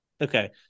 Okay